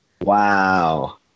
Wow